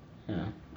mm